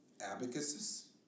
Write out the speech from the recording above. abacuses